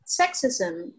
sexism